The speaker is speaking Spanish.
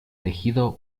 elegido